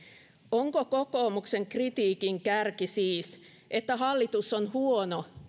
onko kokoomuksen kritiikin kärki siis että hallitus on huono